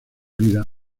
vida